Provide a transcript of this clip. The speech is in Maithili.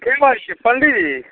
के बाजै छियै पण्डीजी